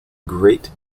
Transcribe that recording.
great